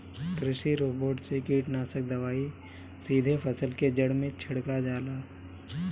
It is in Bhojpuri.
कृषि रोबोट से कीटनाशक दवाई सीधे फसल के जड़ में छिड़का जाला